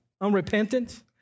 unrepentant